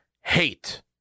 hate